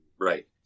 Right